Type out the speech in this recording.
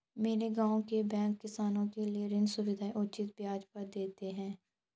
मेरे गांव के बैंक किसानों के लिए ऋण सुविधाएं उचित ब्याज पर देते हैं